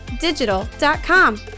digital.com